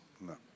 No